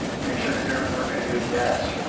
make sure the germans weren't going to use gas.